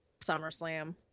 SummerSlam